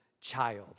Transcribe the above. child